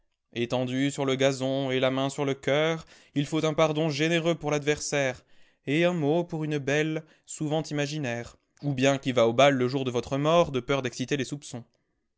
étendu sur le gazon et la main sur le coeur il faut un pardon généreux pour l'adversaire et un mot pour une belle souvent imaginaire ou bien qui va au bal le jour de votre mort de peur d'exciter les soupçons